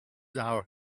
our